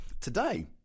today